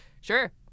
sure